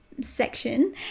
section